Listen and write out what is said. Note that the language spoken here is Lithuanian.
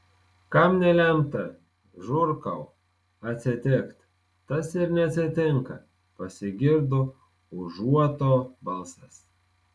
kam nelemta žurkau atsitikt tas ir neatsitinka pasigirdo užuoto balsas